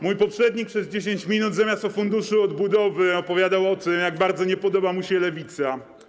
Mój poprzednik przez 10 minut zamiast o Funduszu Odbudowy opowiadał o tym, jak bardzo nie podoba mu się Lewica.